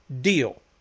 deal